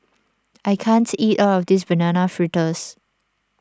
I can't eat all of this Banana Fritters